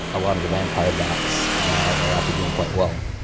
a lot of the vampire bats now are actually doing quite well.